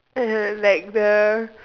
uh like the